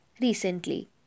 recently